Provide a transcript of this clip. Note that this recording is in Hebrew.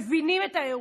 מבינים את האירוע.